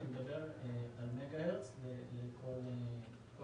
אני מדבר על מגה הרץ ולכל סכום.